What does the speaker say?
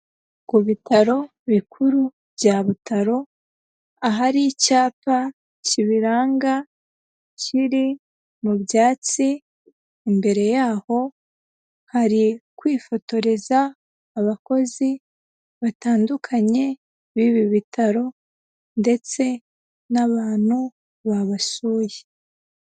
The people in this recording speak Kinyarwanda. Ku bitaro bikuru bya Butaro ahari icyapa kibiranga kiri mu byatsi, imbere yaho hari kwifotoreza abakozi batandukanye b'ibi bitaro ndetse n'abantu babasuye.